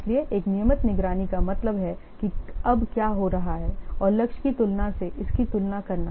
इसलिए एक नियमित निगरानी का मतलब है कि अब क्या हो रहा है और लक्ष्य की तुलना से इसकी तुलना करना